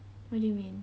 what do you mean